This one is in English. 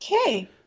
Okay